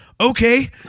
okay